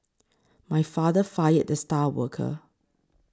my father fired the star worker